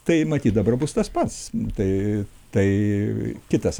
tai matyt dabar bus tas pats tai tai kitas